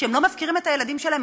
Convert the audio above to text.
שהן לא מפקירות את הילדים שלהן,